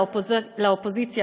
לאופוזיציה,